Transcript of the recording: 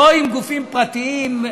לא עם גופים פרטיים.